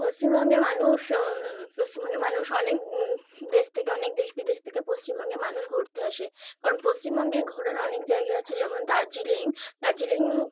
পশ্চিমবঙ্গে মানুষ পশ্চিমবঙ্গের মানুষ অনেক দেশ থেকে অনেক দেশ বিদেশ থেকে পশ্চিমবঙ্গে মানুষ ঘুরতে আসে কারণ পশ্চিমবঙ্গে ঘোরার অনেক জায়গা আছে যেমন দার্জিলিং দার্জিলিং